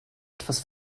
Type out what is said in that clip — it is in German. etwas